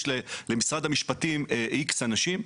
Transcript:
למשרד המשפטים יש X אנשים,